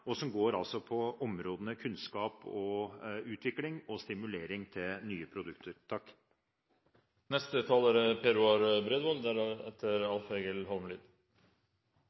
og som går på områdene kunnskap, utvikling og å stimulere til nye produkter. Det er